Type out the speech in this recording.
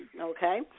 okay